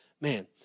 man